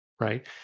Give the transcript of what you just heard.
right